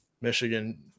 Michigan